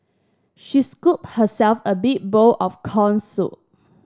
she scooped herself a big bowl of corn soup